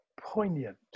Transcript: poignant